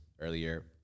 earlier